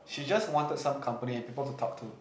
she just wanted some company and people to talk to